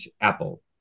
Apple